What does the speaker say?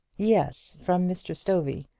yes from mr. stovey.